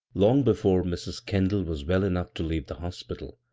long before mrs. kendall was well enough to leave the hospital,